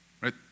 right